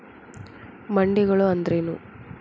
ಮಂಡಿಗಳು ಅಂದ್ರೇನು?